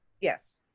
Yes